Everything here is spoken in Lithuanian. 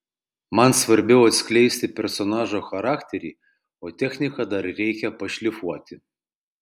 man svarbiau atskleisti personažo charakterį o techniką dar reikia pašlifuoti